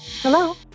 Hello